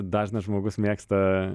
dažnas žmogus mėgsta